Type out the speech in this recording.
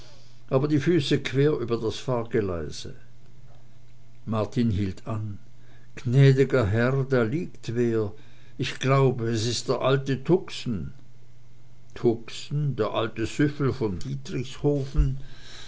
aber die füße quer über das fahrgeleise martin hielt an gnädiger herr da liegt wer ich glaub es ist der alte tuxen tuxen der alte süffel von